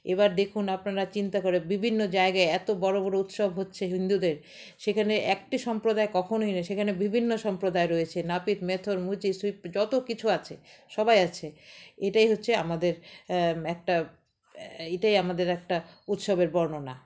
এবার দেখুন আপনারা চিন্তা করে বিভিন্ন জায়গায় এত বড়ো বড়ো উৎসব হচ্ছে হিন্দুদের সেখানে একটি সম্প্রদায় কখনোই নয় সেখানে বিভিন্ন সম্প্রদায় রয়েছে নাপিত মেথর মুচি সুইপার যত কিছু আছে সবাই আছে এটাই হচ্ছে আমাদের একটা এটাই আমাদের একটা উৎসবের বর্ণনা